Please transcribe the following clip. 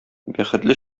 бәхетле